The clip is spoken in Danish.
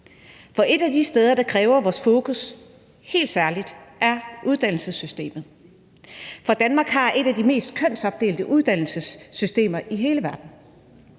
det. Et af de steder, der kræver vores fokus helt særligt, er uddannelsessystemet. Danmark har et af de mest kønsopdelte uddannelsessystemer i hele verden.